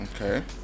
Okay